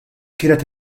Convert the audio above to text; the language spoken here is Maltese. kienet